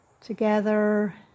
together